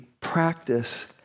practice